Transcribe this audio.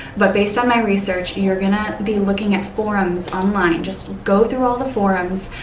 but based on my research, you're going to be looking at forums online. just go through all the forums.